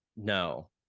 no